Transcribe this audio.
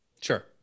sure